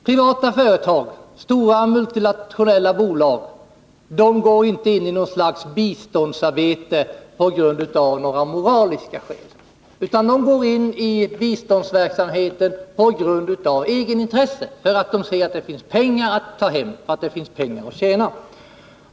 Privata företag, stora multinationella bolag, går inte in i något slag av biståndsarbete av moraliska skäl, utan de går in i biståndsverksamheten på grund av egenintresse, för att de ser att det finns pengar att tjäna.